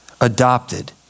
adopted